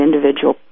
individual